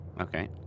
Okay